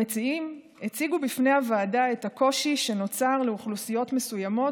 המציעים הציגו בפני הוועדה את הקושי שנוצר לאוכלוסיות מסוימות,